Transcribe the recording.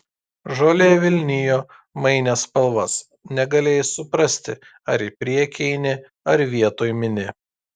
žolė vilnijo mainė spalvas negalėjai suprasti ar į priekį eini ar vietoj mini